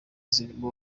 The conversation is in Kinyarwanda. zirimo